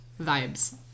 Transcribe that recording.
Vibes